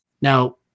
Now